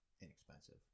inexpensive